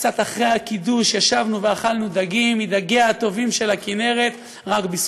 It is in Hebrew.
קצת אחרי הקידוש ישבנו ואכלנו דגים מדגיה הטובים של הכינרת רק בזכותם.